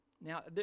Now